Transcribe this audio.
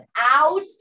out